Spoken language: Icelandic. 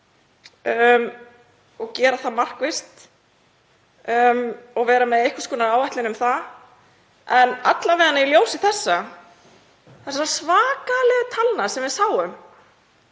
og gera það markvisst og vera með einhvers konar áætlun um það en alla vega, í ljósi þessara svakalegu talna sem við sáum